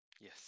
yes